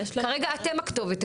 כרגע אתם הכתובת.